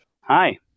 Hi